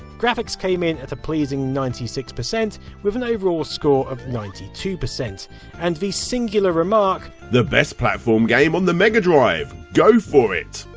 graphics came in at a pleasing ninety six, with an overall score of ninety two percent and the singular remark the best platform game on the megadrive! go for it!